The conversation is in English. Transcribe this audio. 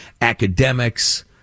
academics